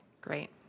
Great